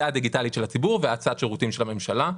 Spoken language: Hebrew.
הציבור והאצת השירותים של הממשלה.